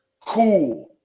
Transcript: cool